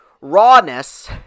rawness